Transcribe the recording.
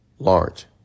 large